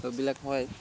চববিলাক হয়